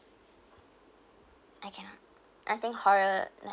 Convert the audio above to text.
I cannot I think horror like